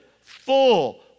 full